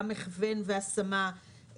גם הכוון והשמה,